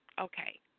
Okay